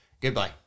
Goodbye